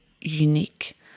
unique